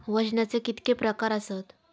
वजनाचे किती प्रकार आसत?